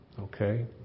Okay